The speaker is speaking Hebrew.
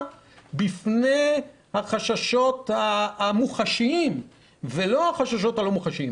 בפני החששות המוחשיים ולא החששות הלא מוחשיים.